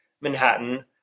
Manhattan